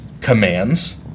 commands